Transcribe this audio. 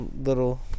little